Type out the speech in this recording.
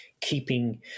keeping